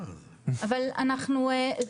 אבל אנחנו,